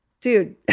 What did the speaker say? dude